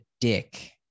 dick